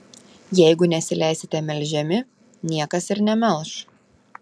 jeigu nesileisite melžiami niekas ir nemelš